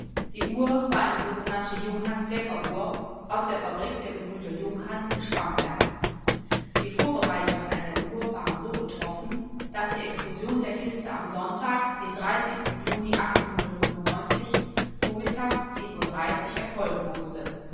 die uhr war eine sogenannte junghans weckeruhr aus der fabrik der gebr junghans in schramberg die vorbereitungen an der uhr waren so getroffen daß die explosion der kiste am sonntag den juni erfolgen mußte